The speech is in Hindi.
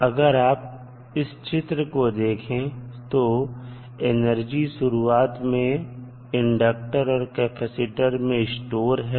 अगर आप इस चित्र को देखें तो एनर्जी शुरुआत में इंडक्टर और कैपेसिटर में स्टोर है